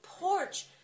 porch